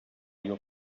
your